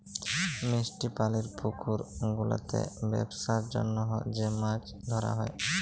মিষ্টি পালির পুকুর গুলাতে বেপসার জনহ যে মাছ ধরা হ্যয়